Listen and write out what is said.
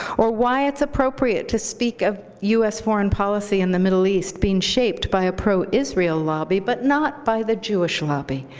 or why it's appropriate to speak of us foreign policy in the middle east being shaped by a pro-israel lobby but not by the jewish lobby,